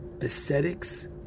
ascetics